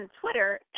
Twitter